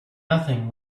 nothing